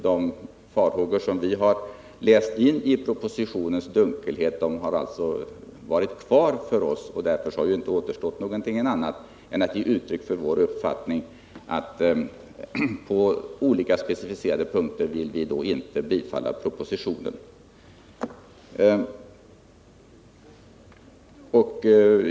De farhågor vi har läst in i propositionens dunkelhet har funnits kvar, och därför har det inte återstått någonting annat för oss än att ge uttryck för vår uppfattning genom att på olika specifika punkter avstyrka propositionen.